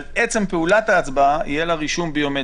אבל עצם פעולת ההצבעה יהיה לה רישום ביומטרי.